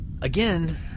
Again